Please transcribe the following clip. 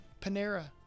Panera